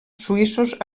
suïssos